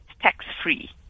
tax-free